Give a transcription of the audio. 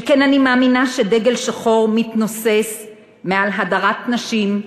שכן אני מאמינה שדגל שחור מתנוסס מעל הדרת נשים,